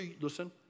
listen